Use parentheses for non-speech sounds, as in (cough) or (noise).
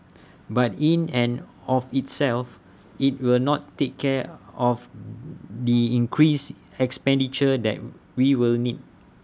(noise) but in and of itself IT will not take care of the increased expenditure that we will need